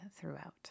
throughout